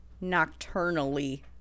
Nocturnally